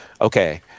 okay